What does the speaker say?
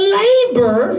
labor